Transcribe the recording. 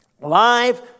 Live